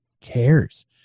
cares